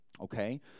okay